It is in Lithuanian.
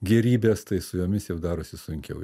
gėrybės tai su jomis jau darosi sunkiau